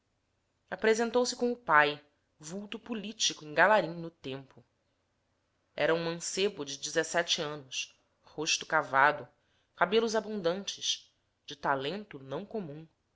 apresentou-se com o pai vulto político em galarim no tempo era um mancebo de dezessete anos rosto cavado cabelos abundantes de talento não comum